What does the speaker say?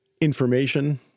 information